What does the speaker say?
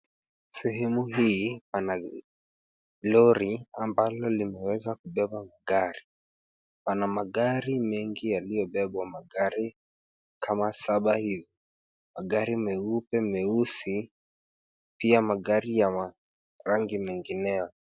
Sehemu hii pana lori ambalo limeweza kubeba magari. Pana magari mengi yaliyobebwa, magari kama saba hivi. Magari meupe, meusi, pia magari ya rangi mengineyo.